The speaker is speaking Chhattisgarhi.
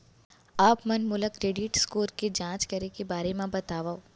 आप मन मोला क्रेडिट स्कोर के जाँच करे के बारे म बतावव?